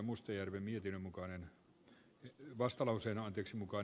mustajärven tekemää esitystä